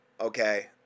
okay